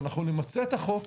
שאנחנו נמצה את החוק,